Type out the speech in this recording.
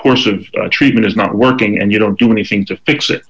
se of treatment is not working and you don't do anything to fix it